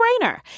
no-brainer